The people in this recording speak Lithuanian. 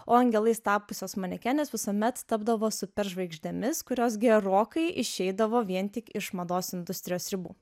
o angelais tapusios manekenės visuomet tapdavo super žvaigždėmis kurios gerokai išeidavo vien tik iš mados industrijos ribų